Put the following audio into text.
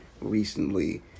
recently